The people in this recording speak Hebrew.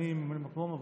אני ממלא מקום,